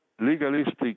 legalistic